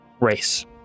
race